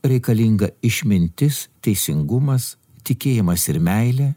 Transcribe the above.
reikalinga išmintis teisingumas tikėjimas ir meilė